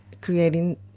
creating